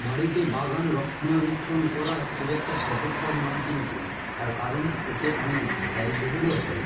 বাড়িতে বাগান রক্ষণাবেক্ষণ করা খুব একটা সহজ কাজ নয় কিন্তু তার কারণ এতে অনেক ব্যয়বহুলও হয়